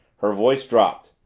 her voice dropped,